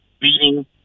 beating